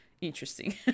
interesting